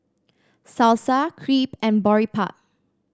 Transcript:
Salsa Crepe and Boribap